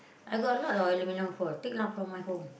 I got a lot of aluminium foil take lah from my home